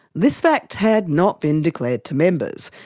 this fact had not been declared to members,